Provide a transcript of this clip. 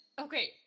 Okay